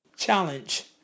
Challenge